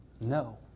No